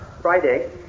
friday